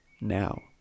Now